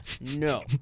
No